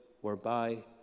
whereby